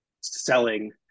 selling